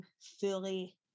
fully